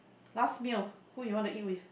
last meal who you want to eat with